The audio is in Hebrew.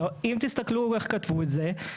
אם תסתכלו איך כתבו את זה.